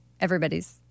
everybody's